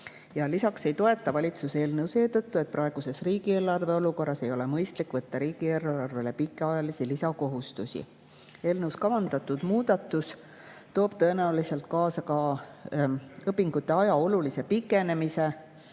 Lisaks ei toeta valitsus eelnõu seetõttu, et praeguses riigieelarve olukorras ei ole mõistlik võtta riigieelarvesse pikaajalisi lisakohustusi. Eelnõus kavandatud muudatus toob tõenäoliselt kaasa ka õpingute aja olulise pikenemise.